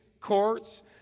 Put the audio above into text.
courts